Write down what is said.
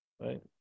right